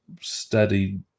steady